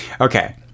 Okay